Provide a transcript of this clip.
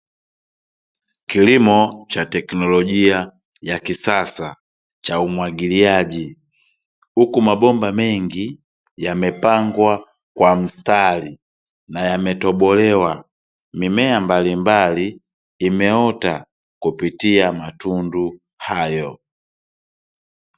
Kilimo cha teknolojia ya kisasa cha umwagiliaji, huku mabomba mengi yamepangwa kwa mstari na yametobolewa. Mimea mbalimbali imeota kupitia matundu hayo.